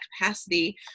capacity